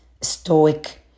stoic